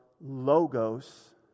logos